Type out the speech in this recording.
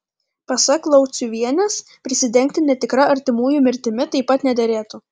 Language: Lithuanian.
pasak lauciuvienės prisidengti netikra artimųjų mirtimi taip pat nederėtų